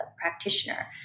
practitioner